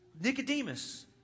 Nicodemus